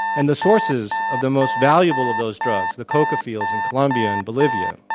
and the sources of the most valuable of those drugs, the coca fields in colombia and bolivia.